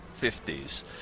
50s